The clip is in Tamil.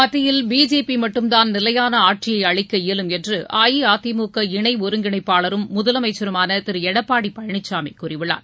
மத்தியில் பிஜேபி மட்டும்தான் நிலையான ஆட்சியை அளிக்க இயலும் என்று அஇஅதிமுக இணை ஒருங்கிணைப்பாளரும் முதலமைச்சருமான திரு எடப்பாடி பழனிச்சாமி கூறியுள்ளார்